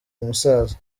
umusaza